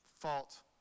Fault